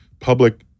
public